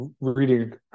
reading